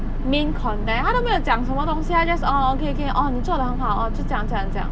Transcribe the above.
main content 他都沒有讲什么东西他 just orh okay okay orh 你做了 hor orh 就这样这样这样